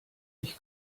ich